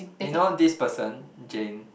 eh you know this person Jane